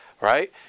right